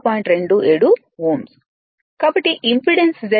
కాబట్టి impedance ze1 √Re1 2 Xe 12